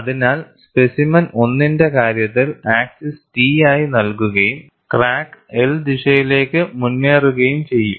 അതിനാൽ സ്പെസിമെൻ 1 ന്റെ കാര്യത്തിൽ ആക്സിസ് T ആയി നൽകുകയും ക്രാക്ക് L ദിശയിലേക്ക് മുന്നേറുകയും ചെയ്യും